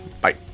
bye